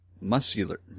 muscular